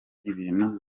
ibintu